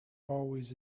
always